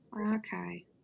Okay